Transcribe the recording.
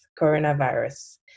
Coronavirus